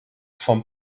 vom